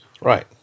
Right